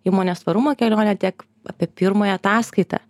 įmonės tvarumo kelionę tiek apie pirmąją ataskaitą